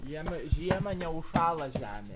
jame žiemą neužšąla žemė